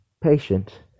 patient